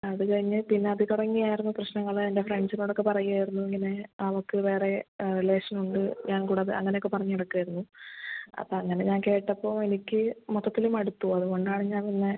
അത് കഴിഞ്ഞ് പിന്നെ അത് തുടങ്ങിയായിരുന്നു പ്രശ്നങ്ങൾ എൻ്റെ ഫ്രണ്ട്സിനോടൊക്കെ പറയായിരുന്നു ഇങ്ങനെ അവൾക്ക് വേറെ റിലേഷൻ ഉണ്ട് ഞാൻ കൂടാതെ അങ്ങനെ ഒക്കെ പറഞ്ഞ് നടക്കയായിരുന്നു അപ്പം അങ്ങനെ ഞാൻ കേട്ടപ്പോൾ എനിക്ക് മൊത്തത്തിൽ മടുത്തു അതുകൊണ്ടാണ് ഞാൻ പിന്നെ